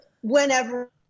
whenever –